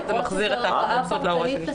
כי אחרת זה מחזיר את האפוטרופסות להורה שנשאר.